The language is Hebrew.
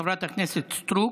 חברת הכנסת סטרוק.